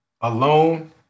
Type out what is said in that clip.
Alone